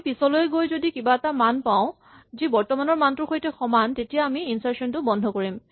আমি পিছলৈ গৈ যদি কিবা এটা মান পাওঁ যি বৰ্তমানৰ মানটোৰ সৈতে সমান হয় তেতিয়া আমি ইনচাৰ্চন টো বন্ধ কৰি দিম